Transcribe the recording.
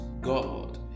God